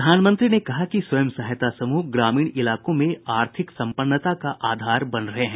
श्री मोदी ने कहा कि स्वयं सहायता समूह ग्रामीण इलाकों में आर्थिक सम्पन्नता का आधार बन रहे हैं